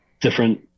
different